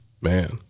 Man